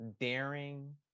daring